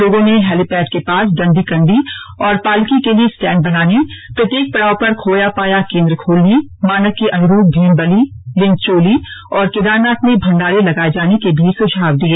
लोगों ने हैलीपैड के पास उंडी कंडी और पालकी के लिये स्टैंड बनाने प्रत्येक पड़ाव पर खोया पाया केन्द्र खोलने मानक के अनुरूप भीमबली लिनचोली और केदारनाथ में भंडारे लगाये जाने के भी सुझाव दिए